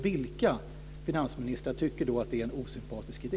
Och vilka finansministrar tycker då att det är en osympatisk idé?